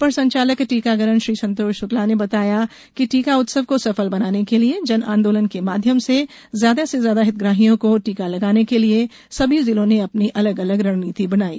अपर संचालक टीकाकरण श्री संतोष शुक्ला ने बताया कि टीका उत्सव को सफल बनाने के लिये जन आंदोलन के माध्यम से ज्यादा से ज्यादा हितग्राहियों को टीका लगाने के लिए सभी जिलों ने अपनी अलग अलग रणनीति बनाई गई